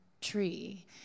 tree